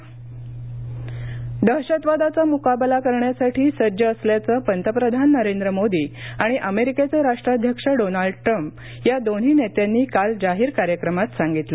howdy Modi दहशतवादाचा मुकाबला करण्यासाठी सज्ज असल्याचं पंतप्रधान नरेंद्र मोदी आणि अमेरिकेचे राष्ट्राध्यक्ष डोनाल्ड ट्रम्प या दोन्ही नेत्यांनी काल जाहीर कार्यक्रमात सांगितलं